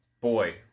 boy